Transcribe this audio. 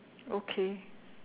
okay